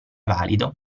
valido